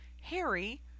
Harry